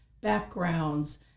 backgrounds